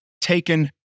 taken